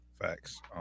Facts